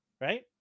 Right